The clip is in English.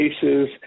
cases